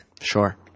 Sure